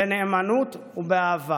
בנאמנות ובאהבה.